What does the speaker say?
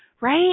right